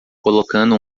colocando